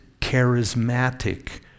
charismatic